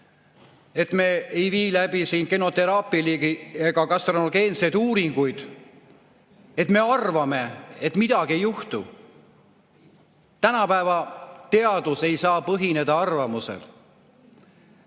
et me ei vii läbi genoteraapilisi ega kantserogeenseid uuringuid ja arvame, et midagi ei juhtu. Tänapäeva teadus ei saa põhineda arvamusel.